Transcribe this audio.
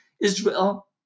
Israel